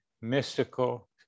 mystical